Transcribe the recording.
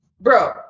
bro